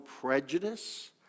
prejudice